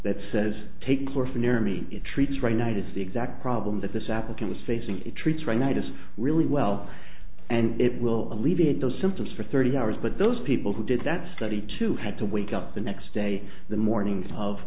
that says take or for near me it treats right night is the exact problem that this applicant is facing it treats right night is really well and it will alleviate those symptoms for thirty hours but those people who did that study too had to wake up the next day the morning of